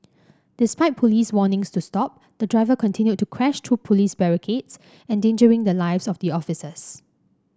despite police warnings to stop the driver continued to crash through police barricades endangering the lives of the officers